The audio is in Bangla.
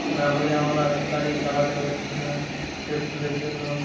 না হলে আমরা গাড়ি চালাতে পারছি না পেট্রোলের জন্য